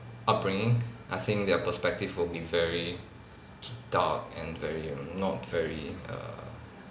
upbringing I think their perspective will be very dark and very not very err